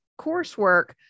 coursework